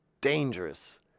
dangerous